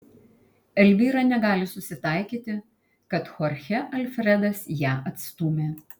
elvyra negali susitaikyti kad chorchė alfredas ją atstūmė